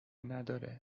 نداره